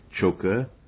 choker